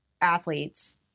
athletes